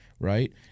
Right